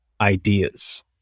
ideas